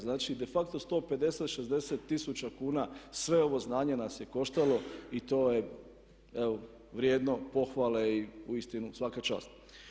Znači de facto 150, 160 tisuća kuna sve ovo znanje nas je koštalo i to je evo vrijedno pohvale i uistinu svaka čast.